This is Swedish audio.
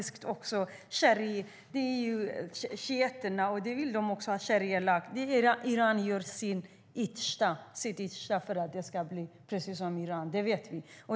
Shiiterna vill nu också ha sharialag. Iran gör sitt yttersta för att det ska bli precis som i Iran; det vet vi.